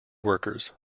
workers